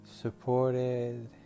supported